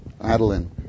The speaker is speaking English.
Adeline